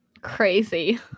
Crazy